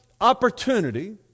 opportunity